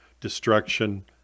destruction